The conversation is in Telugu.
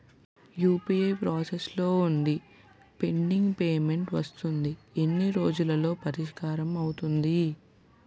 యు.పి.ఐ ప్రాసెస్ లో వుంది పెండింగ్ పే మెంట్ వస్తుంది ఎన్ని రోజుల్లో పరిష్కారం అవుతుంది